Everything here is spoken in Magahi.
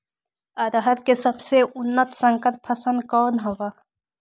अरहर के सबसे उन्नत संकर फसल कौन हव?